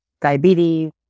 diabetes